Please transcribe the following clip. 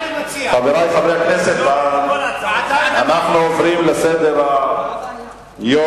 חברי חברי הכנסת, אנחנו חוזרים לסדר-היום.